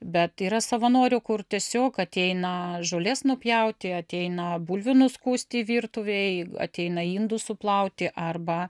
bet yra savanorių kur tiesiog ateina žolės nupjauti ateina bulvių nuskusti virtuvėj ateina indus suplauti arba